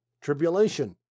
Tribulation